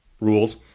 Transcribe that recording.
rules